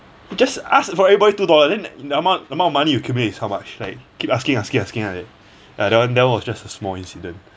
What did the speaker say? just ask from everybody two dollar in that amount amount of money you accumulate is how much like keep asking asking asking ah that one that was just a small incident